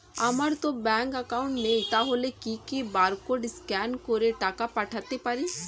আমারতো bank account নেই তাহলে কি কি বারকোড স্ক্যান করে টাকা পাঠাতে পারি?